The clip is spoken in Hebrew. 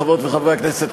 חברות וחברי הכנסת,